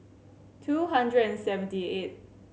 two hundred and seventy eight